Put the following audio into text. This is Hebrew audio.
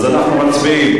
אנחנו מצביעים.